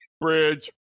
Bridge